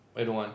why don't want